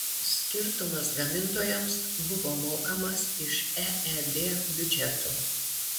skirtumas gamintojams buvo mokamas iš eeb biudžeto